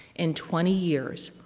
in twenty years,